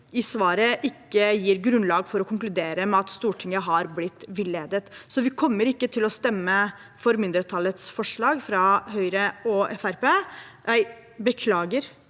i svaret ikke gir grunnlag for å konkludere med at Stortinget har blitt villedet, så vi kommer ikke til å stemme for mindretallsforslaget fra Høyre og Venstre. Vi mener